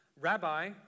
Rabbi